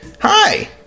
Hi